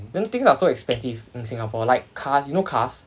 then things are so expensive in singapore like cars you know cars